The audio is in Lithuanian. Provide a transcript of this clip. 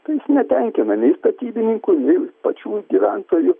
tai jis netenkina nei statybininkų nei pačių gyventojų